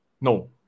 no